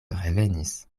revenis